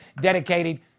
dedicated